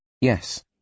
Yes